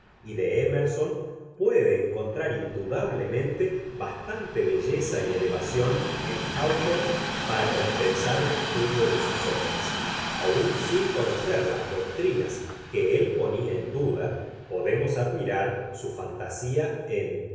y de émerson puede encontrar indudablemente bastante belleza y elevación en háwthorne para compensar el estudio de sus obras aun sin conocer las doctrinas que él ponía en duda podemos admirar su fantasía en